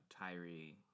Tyree